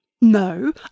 No